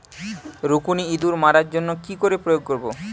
রুকুনি ইঁদুর মারার জন্য কি করে প্রয়োগ করব?